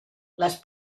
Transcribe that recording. les